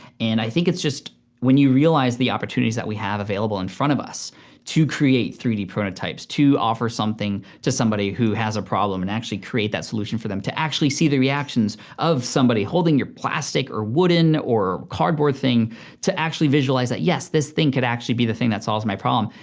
and i think it's just when you realize the opportunities that we have available in front of us to create three d prototypes, to offer something to somebody who has a problem and actually create that solution for them. to actually see the reactions of somebody holding your plastic or wooden or cardboard thing to actually visualize that yes, this thing could actually be the thing that solves my problem.